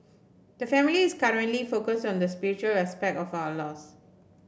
the family is currently focused on the spiritual aspect of our loss